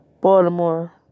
Baltimore